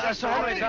ah sorry,